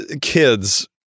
kids